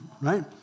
Right